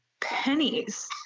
pennies